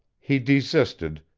he desisted,